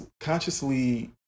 consciously